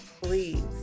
please